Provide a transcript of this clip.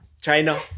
China